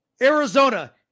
Arizona